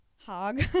Hog